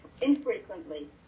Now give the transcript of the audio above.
infrequently